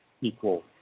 equal